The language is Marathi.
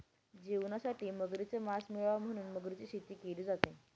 जेवणासाठी मगरीच मास मिळाव म्हणून मगरीची शेती केली जाते